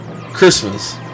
Christmas